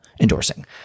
endorsing